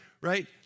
right